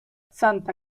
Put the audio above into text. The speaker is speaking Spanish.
santa